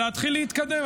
אפשר להתחיל להתקדם.